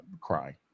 cry